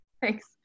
Thanks